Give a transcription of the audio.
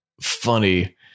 funny